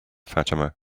fatima